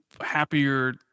happier